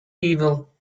evil